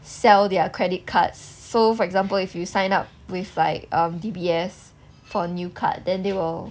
sell their credit cards so for example if you sign up with like err D_B_S for a new card then they will